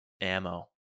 ammo